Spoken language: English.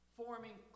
forming